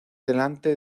delante